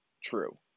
true